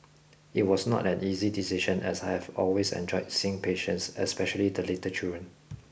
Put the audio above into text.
it was not an easy decision as I have always enjoyed seeing patients especially the little children